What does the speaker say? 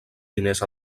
diners